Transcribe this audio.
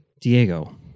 diego